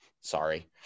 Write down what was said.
Sorry